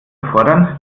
erfordern